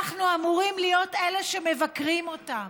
אנחנו אמורים להיות אלה שמבקרים אותה.